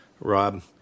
Rob